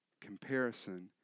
Comparison